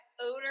odor